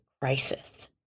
crisis